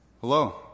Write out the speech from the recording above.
hello